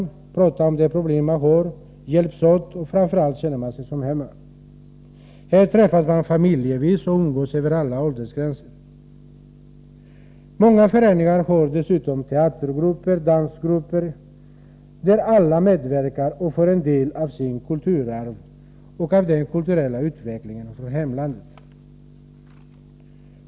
Man pratar om sina problem och man hjälps åt. Framför allt känner man sig som hemma. Där träffas man familjevis. Man umgås över alla åldersgränser. Många föreningar har dessutom teatergrupper och dansgrupper där alla medverkar och får ta del av sitt kulturarv och av den kulturella utvecklingen i hemlandet.